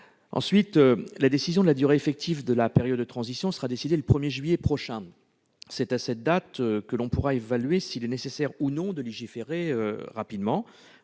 Ensuite, la décision quant à la durée effective de la période de transition sera prise le 1 juillet prochain. C'est à cette date que l'on pourra évaluer s'il est nécessaire ou pas de légiférer rapidement,